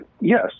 yes